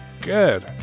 Good